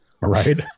right